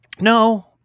No